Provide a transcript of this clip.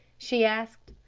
she asked.